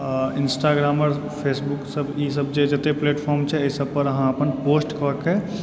Instagrammer Facebook ईसभ जतेक platform छै ईसभ पर अहाँ अपन पोस्ट कऽके